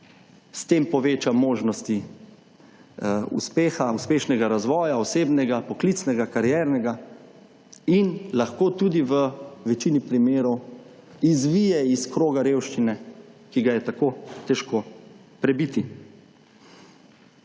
s tem poveča možnosti uspeha, uspešnega razvoja, osebnega, poklicnega, kariernega in lahko tudi v večini primerov izvije iz kroga revščine, ki ga je tako težko prebiti.